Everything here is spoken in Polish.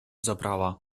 zabrała